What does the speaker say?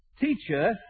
Teacher